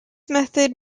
method